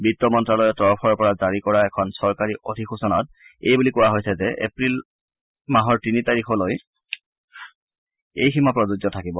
বিত্ত মন্ত্যালয়ৰ তৰফৰ পৰা জাৰি কৰা এখন চৰকাৰী অধিসচনাত এই বুলি কোৱা হৈছে যে এপ্ৰিল মাহৰ তিনি তাৰিখলৈ এই সীমা প্ৰযোজ্য থাকিব